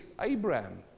Abraham